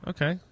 Okay